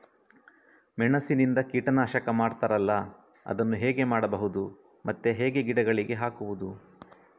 ಮೆಣಸಿನಿಂದ ಕೀಟನಾಶಕ ಮಾಡ್ತಾರಲ್ಲ, ಅದನ್ನು ಹೇಗೆ ಮಾಡಬಹುದು ಮತ್ತೆ ಹೇಗೆ ಗಿಡಗಳಿಗೆ ಹಾಕುವುದು?